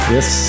Yes